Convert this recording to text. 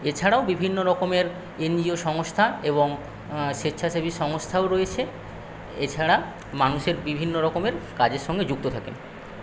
এছাড়াও বিভিন্ন রকমের এনজিও সংস্থা এবং স্বেচ্ছাসেবী সংস্থাও রয়েছে এছাড়া মানুষজন বিভিন্ন রকমের কাজের সঙ্গে যুক্ত থাকেন